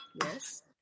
Yes